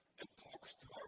and talks to